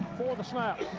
the snap,